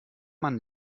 man